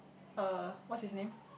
uh what's his name